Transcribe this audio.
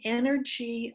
energy